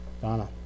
Donna